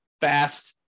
fast